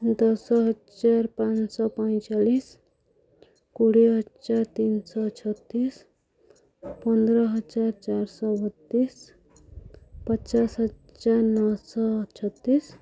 ଦଶହଜାର ପାଞ୍ଚଶହ ପଇଁଚାଳିଶି କୋଡ଼ିଏ ହଜାର ତିନିଶହ ଛତିଶି ପନ୍ଦର ହଜାର ଚାରିଶହ ବତିଶି ପଚାଶ ହଜାର ନଅଶହ ଛତିଶି